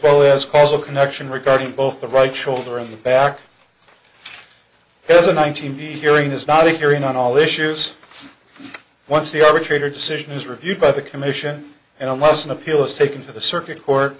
well as causal connection regarding both the right shoulder in the back has a nine hundred eighty hearing is not a hearing on all issues once the arbitrator decision is reviewed by the commission and unless an appeal is taken to the circuit court